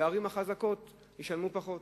והערים החזקות ישלמו פחות.